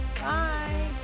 Bye